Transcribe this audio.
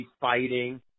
fighting